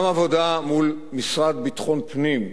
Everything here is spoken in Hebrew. גם העבודה מול המשרד לביטחון פנים,